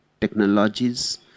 technologies